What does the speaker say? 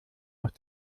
auch